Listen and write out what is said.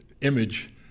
image